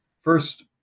first